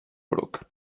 bruc